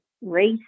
race